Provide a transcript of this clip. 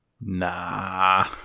Nah